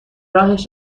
راهش